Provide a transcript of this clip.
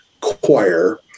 Choir